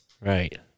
right